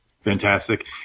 Fantastic